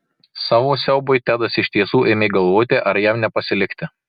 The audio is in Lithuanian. savo siaubui tedas iš tiesų ėmė galvoti ar jam nepasilikti